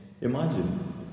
Imagine